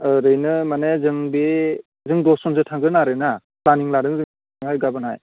ओरैनो माने जों बे जों दस जनसो थांगोन आरोना प्लानिं लादों गाबोनहाय